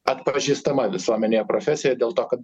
atpažįstama visuomenėje profesija dėl to kad